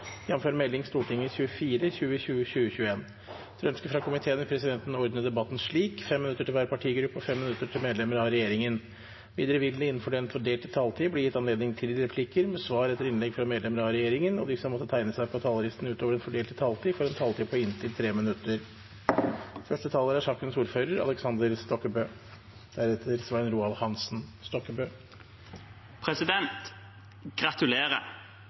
slik: 5 minutter til hver partigruppe og 5 minutter til medlemmer av regjeringen. Videre vil det – innenfor den fordelte taletid – bli gitt anledning til replikker med svar etter innlegg fra medlemmer av regjeringen, og de som måtte tegne seg på talerlisten utover den fordelte taletid, får en taletid på inntil 3 minutter. Gratulerer! I år er